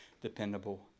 dependable